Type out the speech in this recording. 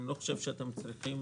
אני חושב שאתם לא צריכים